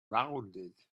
rounded